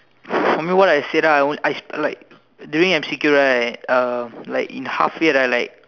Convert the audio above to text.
for me what I said ah I only I like during M_C_Q right uh like in halfway right like